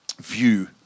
view